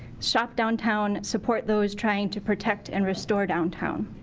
shop downtown, support those trying to protect and restore downtown.